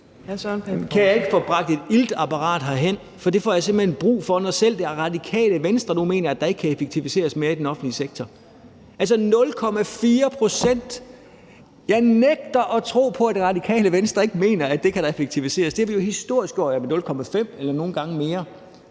kan jeg ikke få bragt et iltapparat herhen? For det får jeg simpelt hen brug for, når selv Radikale Venstre nu mener, at der ikke kan effektiviseres mere i den offentlige sektor. Det er altså 0,4 pct. Jeg nægter at tro på, at Radikale Venstre ikke mener, at det kan der effektiviseres. Det har vi jo historisk gjort – eller med 0,5 eller nogle gange mere.